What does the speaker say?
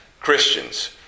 Christians